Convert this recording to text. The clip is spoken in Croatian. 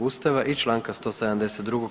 Ustava i članka 172.